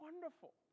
wonderful